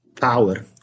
power